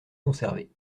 conservé